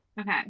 Okay